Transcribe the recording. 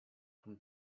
from